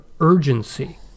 urgency